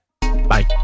Bye